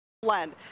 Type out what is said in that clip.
blend